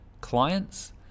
clients